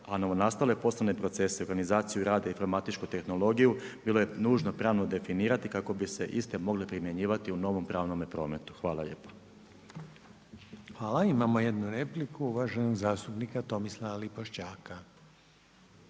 a novonastale poslovne procese, organizaciju rada i informatičku tehnologiju bilo je nužno pravno definirati kako bi se iste mogle primjenjivati u novom pravnom prometu. Hvala lijepo. **Reiner, Željko (HDZ)** Hvala. Imamo jednu repliku uvaženog zastupnika Tomislava Lipošćaka.